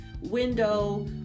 window